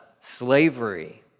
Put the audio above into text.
slavery